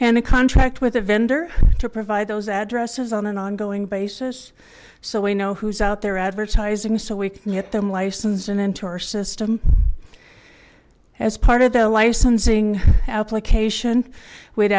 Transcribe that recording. and a contract with a vendor to provide those addresses on an ongoing basis so we know who's out there advertising so we can get them licensed and into our system as part of their licensing application we'd